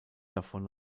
davon